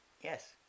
Yes